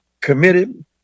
committed